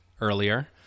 earlier